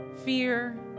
fear